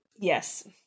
Yes